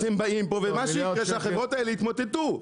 אתם באים פה ומה שיקרה שהחברות האלה יתמוטטו,